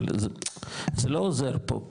אבל זה לא עוזר פה,